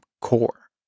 core